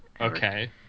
Okay